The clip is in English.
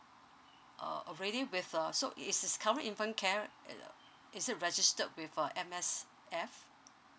uh already with uh so is his current infant care uh is it registered with uh M_S_F